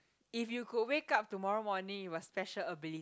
if you could wake up tomorrow morning with a special ability